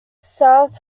south